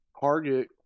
target